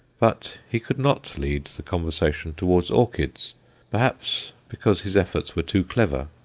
but he could not lead the conversation towards orchids perhaps because his efforts were too clever,